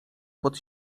pod